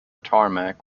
tarmac